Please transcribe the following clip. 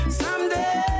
someday